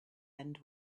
end